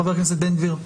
חבר הכנסת בן גביר,